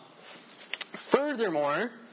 Furthermore